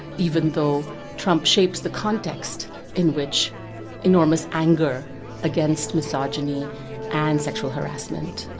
even though trump shapes the context in which enormous anger against misogyny and sexual harassment